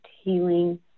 healing